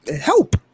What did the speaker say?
help